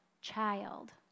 child